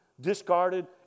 discarded